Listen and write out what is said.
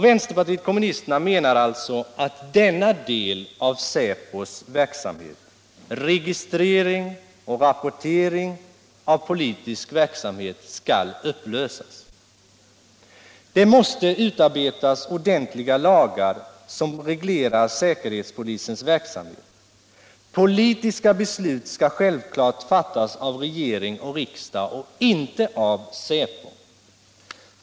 Vpk menar alltså att denna del av säpos verksamhet, registrering och rapportering av politisk verksamhet, skall upphöra. Det måste utarbetas ordentliga lagar som reglerar säkerhetspolisens verksamhet. Politiska beslut skall självklart fattas av regering och riksdag och inte av säpo.